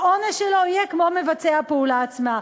העונש שלו יהיה כמו מבצע הפעולה עצמה.